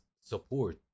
support